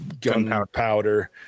gunpowder